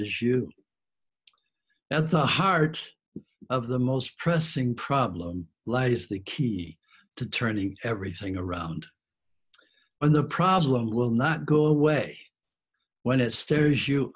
issue at the heart of the most pressing problem lies the key to turning everything around and the problem will not go away when it stares you